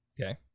Okay